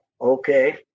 Okay